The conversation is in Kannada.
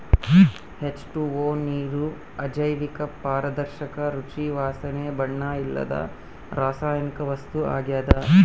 ಹೆಚ್.ಟು.ಓ ನೀರು ಅಜೈವಿಕ ಪಾರದರ್ಶಕ ರುಚಿ ವಾಸನೆ ಬಣ್ಣ ಇಲ್ಲದ ರಾಸಾಯನಿಕ ವಸ್ತು ಆಗ್ಯದ